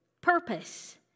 purpose